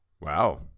wow